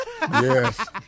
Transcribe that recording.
Yes